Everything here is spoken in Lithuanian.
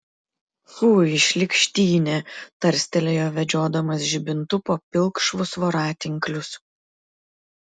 fui šlykštynė tarstelėjo vedžiodamas žibintu po pilkšvus voratinklius